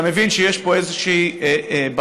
אתה מבין שיש פה איזושהי בעייתיות.